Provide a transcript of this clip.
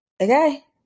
Okay